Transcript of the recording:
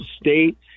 state